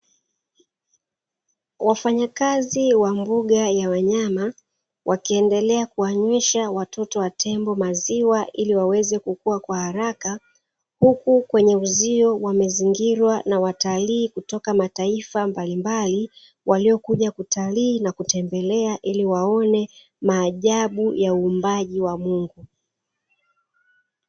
Wafanyakazi wa mbuga ya wanyama wakiendelea kuwanywesha watoto wa tembo maziwa ili waweze kukua kwa haraka, huku kwenye uzio wamezingilwa na watalii kutoka mataifa mbalimbali walio kuja kutalii na kutembelea ili waone maajabu ya uumbaji wa Mungu.